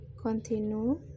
continue